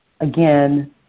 again